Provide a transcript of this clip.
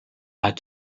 had